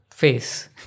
Face